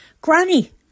Granny